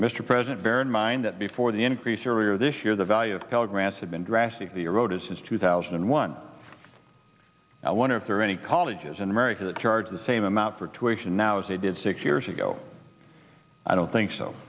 jobs mr president bear in mind that before the increase earlier this year the value of cal grants had been drastically eroded since two thousand and one i wonder if there are any colleges in america that charge the same amount for tuitions now as they did six years ago i don't think so